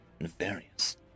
nefarious